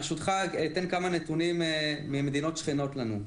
ברשותך אתן כמה נתונים ממדינות שכנות לנו.